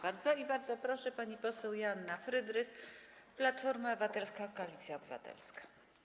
Bardzo proszę, pani poseł Joanna Frydrych, Platforma Obywatelska - Koalicja Obywatelska.